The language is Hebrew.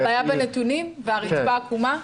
הבעיה בנתונים והרצפה עקומה.